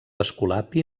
escolapi